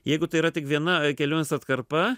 jeigu tai yra tik viena kelionės atkarpa